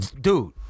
dude